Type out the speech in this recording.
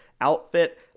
outfit